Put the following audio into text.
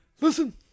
Listen